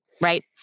right